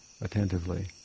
attentively